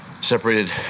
separated